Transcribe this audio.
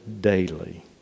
daily